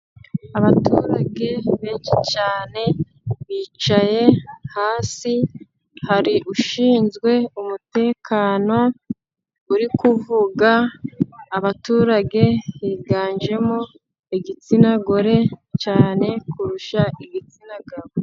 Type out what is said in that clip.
Abaturage benshi cyane bicaye hasi, hari ushinzwe umutekano uri kuvuga, abaturage higanjemo igitsina gore cyane, kurusha ibitsina gabo.